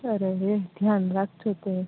અરેરે ધ્યાન રાખજો તોય